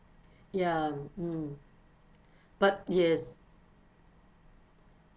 ya um but yes